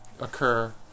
occur